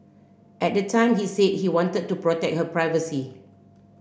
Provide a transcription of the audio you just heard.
at the time he said he wanted to protect her privacy